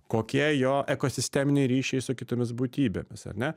kokie jo ekosisteminiai ryšiai su kitomis būtybėmis ar ne